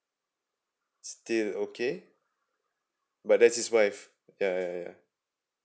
still okay but that's his wife yeah yeah yeah